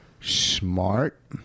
Smart